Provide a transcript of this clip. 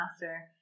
master